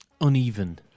Uneven